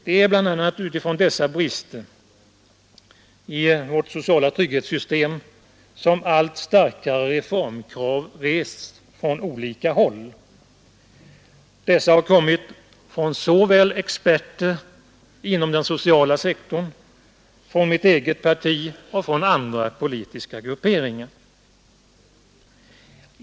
Det är bl.a. utifrån dessa brister i vårt sociala trygghetssystem som allt starkare reformkrav rests från olika håll. Dessa har kommit från såväl experter inom den sociala sektorn som från mitt eget parti och från andra politiska grupperingar.